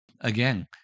again